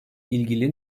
ilgili